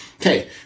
Okay